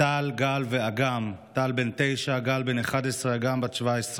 טל, גל ואגם טל בן תשע, גל בן 11, אגם בת 17,